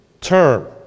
term